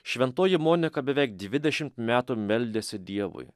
šventoji monika beveik dvidešimt metų meldėsi dievui